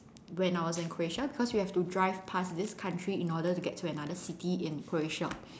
when I was in Croatia cause you have to drive past this country in order to get to another city in Croatia